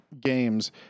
games